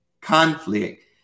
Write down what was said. conflict